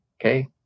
okay